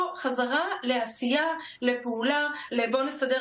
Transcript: אנחנו נצא מהאסון הנורא שפקד אותנו דרך זה שנבנה הכול סביב